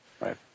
right